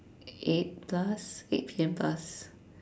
eight plus eight P_M plus